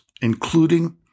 including